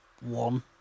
one